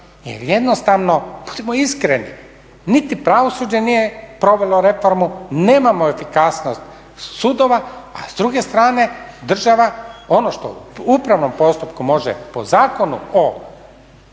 jel jednostavno budimo iskreni niti pravosuđe nije provelo reformu, nemamo efikasnost sudova, a s druge strane država ono što u upravnom postupku može po zakonu o